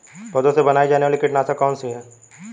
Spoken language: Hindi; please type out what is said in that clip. पौधों से बनाई जाने वाली कीटनाशक कौन सी है?